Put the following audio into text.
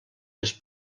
les